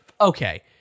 okay